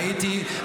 הייתי,